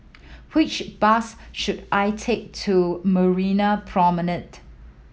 which bus should I take to Marina Promenade